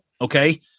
okay